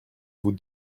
vous